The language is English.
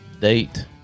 date